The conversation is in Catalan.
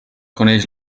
coneix